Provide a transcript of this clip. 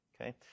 Okay